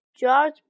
George